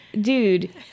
dude